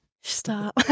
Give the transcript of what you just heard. Stop